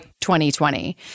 2020